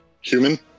human